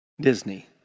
Disney